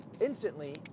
instantly